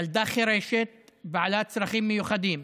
ילדה חירשת בעלת צרכים מיוחדים.